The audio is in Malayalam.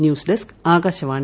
news desk Akashvani